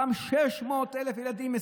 ומתוכם 600,000 ילדים,